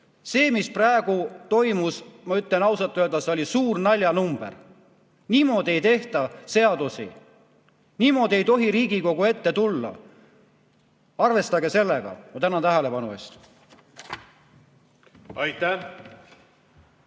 See, mis praegu toimus, oli ausalt öeldes suur naljanumber. Niimoodi ei tehta seadusi. Niimoodi ei tohi Riigikogu ette tulla. Arvestage sellega. Ma tänan tähelepanu eest!